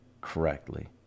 correctly